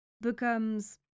becomes